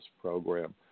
program